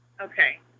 Okay